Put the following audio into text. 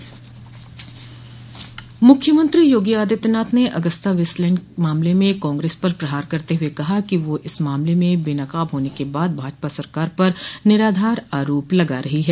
मूख्यमंत्री योगी आदित्यनाथ ने Agusta Westland मामले में कांग्रेस पर प्रहार करते हुए कहा है कि वह इस मामले में बेनकाब होने के बाद भाजपा सरकार पर निराधार आरोप लगा रही है